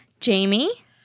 Jamie